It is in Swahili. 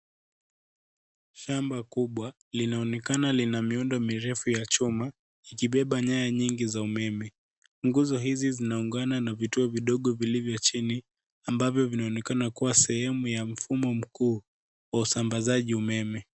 Shamba kubwa linaonekana lina miundo mirefu ya chuma ikibeba nyaya nyingi za umeme. Nguzo hizi zinaungana na vituo vidogo vilivyo chini, ambavyo inaonekana kuwa sehemu ya mfumo mkuu wa usambazaji umeme.